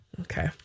okay